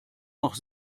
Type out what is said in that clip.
noch